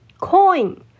coin